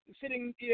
sitting